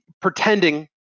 pretending